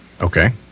Okay